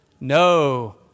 No